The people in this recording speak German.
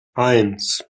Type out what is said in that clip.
eins